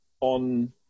on